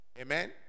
Amen